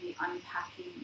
unpacking